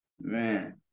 Man